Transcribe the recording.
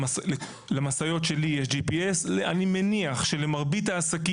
למשאיות שלי יש GPS. אני מניח שלכל מנהל עבודה